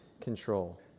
control